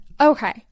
okay